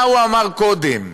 מה הוא אמר קודם?